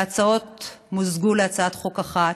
וההצעות מוזגו להצעת חוק אחת.